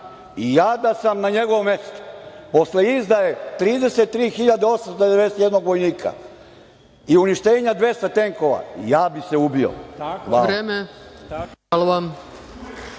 Ja da sam na njegovom mestu posle izdaje 33.891 vojnika i uništenja 200 tenkova, ja bih se ubio. **Ana